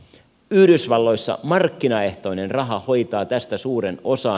yhdysvalloissa markkinaehtoinen raha hoitaa tästä suuren osan